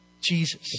Jesus